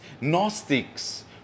Gnostics